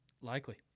likely